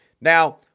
Now